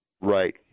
Right